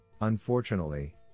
Unfortunately